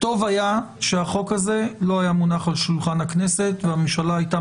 טוב היה שהחוק הזה לא היה מונח על שולחן הכנסת והממשלה הייתה